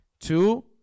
Two